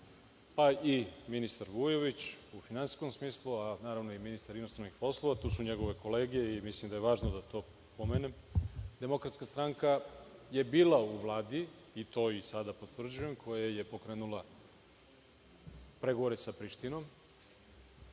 pa i ministar Vujović u finansijskom smislu, a naravno, i ministar inostranih poslova, tu su njegove kolege i mislim da je važno da to pomenem. Demokratska stranka je bila u Vladi, i to i sada potvrđujem, koja je pokrenula pregovore sa Prištinom.